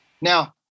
Now